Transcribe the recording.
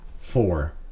four